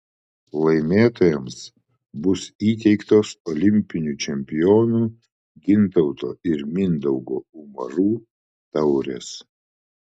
laimėtojams bus įteiktos olimpinių čempionų gintauto ir mindaugo umarų taurės